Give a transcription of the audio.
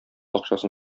акчасын